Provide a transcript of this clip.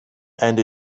and